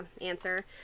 answer